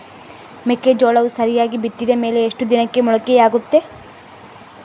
ಮೆಕ್ಕೆಜೋಳವು ಸರಿಯಾಗಿ ಬಿತ್ತಿದ ಮೇಲೆ ಎಷ್ಟು ದಿನಕ್ಕೆ ಮೊಳಕೆಯಾಗುತ್ತೆ?